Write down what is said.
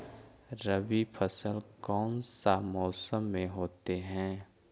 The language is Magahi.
रवि फसल कौन सा मौसम में होते हैं?